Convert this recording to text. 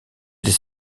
des